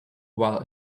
while